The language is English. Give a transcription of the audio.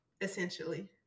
essentially